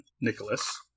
Nicholas